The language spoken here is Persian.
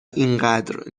اینقدر